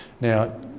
now